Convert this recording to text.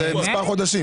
אז זה מספר חודשים.